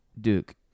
Duke